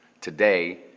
Today